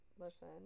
Listen